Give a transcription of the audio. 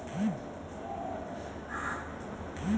खुदरा बेचे वाला लोग भी इहवा निवेश करत बाने